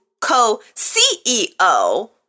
co-CEO